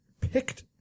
picked